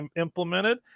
implemented